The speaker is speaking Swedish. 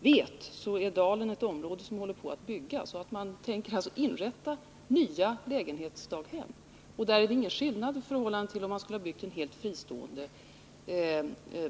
vet är Dalen ett område som håller på att byggas. Man tänker alltså inrätta nya lägenhetsdaghem, och då råder ingen skillnad mot om man skulle ha byggt en helt fristående